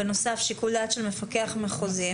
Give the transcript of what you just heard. דעת בנוסף שיקול דעת של מפקח מחוזי,